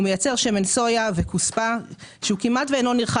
הוא מייצר שמן סויה וכוספא שכמעט ואינו נרכש